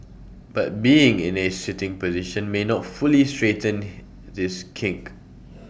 but being in A sitting position may not fully straighten this kink